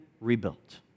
rebuilt